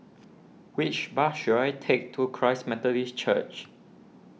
which bus should I take to Christ Methodist Church